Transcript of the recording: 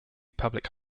public